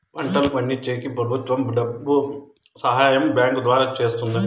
పంటలు పండించేకి ప్రభుత్వం డబ్బు సహాయం బ్యాంకు ద్వారా చేస్తుందా?